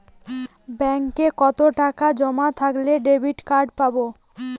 ব্যাঙ্কে কতটাকা জমা থাকলে ডেবিটকার্ড পাব?